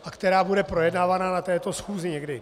a která bude projednávaná na této schůzi někdy.